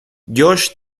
josh